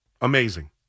Amazing